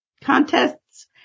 contests